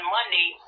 Monday